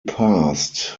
passed